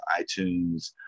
iTunes